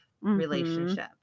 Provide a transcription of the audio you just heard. relationship